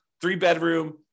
three-bedroom